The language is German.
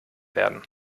werden